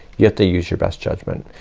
you have to use your best judgment.